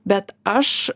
bet aš